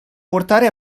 portare